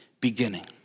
beginning